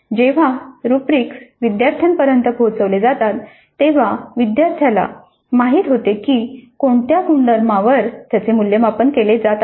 जेव्हा रुब्रिक्स विद्यार्थ्यांपर्यंत पोहचवले जातात तेव्हा विद्यार्थ्याला माहित होते की कोणत्या गुणधर्मांवर त्याचे मूल्यमापन केले जात आहे